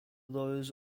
those